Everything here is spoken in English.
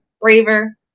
braver